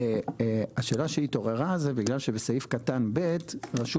השאלה שהתעוררה זה בגלל שבסעיף קטן (ב) רשום